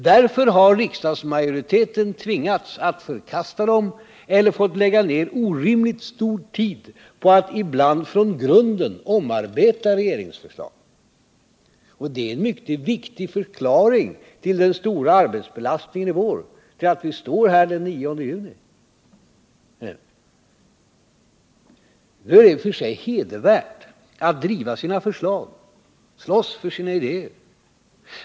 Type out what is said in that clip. Därför har riksdagsmajoriteten tvingats att förkasta dem eller fått lägga ner orimligt stor tid på att ibland från grunden omarbeta regeringsförslag. Det är en mycket viktig förklaring till den stora arbetsbelastningen i vår och till att vi sitter här den 9 juni. Nu är det i och för sig hedervärt att driva sina förslag, slåss för sina idéer.